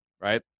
right